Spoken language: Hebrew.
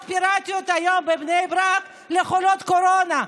פיראטיים היום בבני ברק לחולות קורונה.